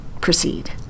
proceed